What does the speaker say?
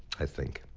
i think.